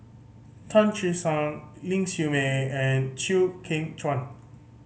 Tan Che Sang Ling Siew May and Chew Kheng Chuan